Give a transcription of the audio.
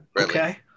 Okay